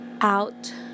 out